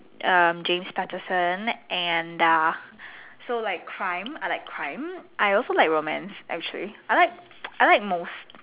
um James Patterson and uh so like crime I like crime I also like romance actually I like I like most